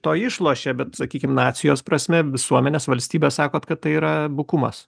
to išlošia bet sakykim nacijos prasme visuomenės valstybės sakot kad tai yra bukumas